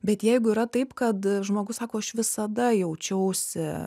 bet jeigu yra taip kad žmogus sako aš visada jaučiausi